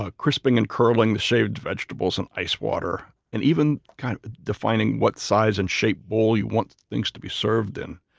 ah crisping and curling the shaved vegetables in ice water, and kind of defining what size and shape bowl you want things to be served in.